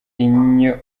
inyo